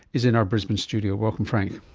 is in our brisbane studio. welcome frank.